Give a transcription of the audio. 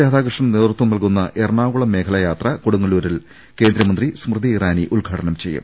രാധാകൃഷ്ണൻ നേതൃത്വം നൽകുന്ന എറണാകുളം മേഖലാ യാത്ര കൊടുങ്ങല്ലൂരിൽ കേന്ദ്രമന്ത്രി സ്മൃതി ഇറാനി ഉദ്ഘാ ടനം ചെയ്യും